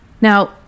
Now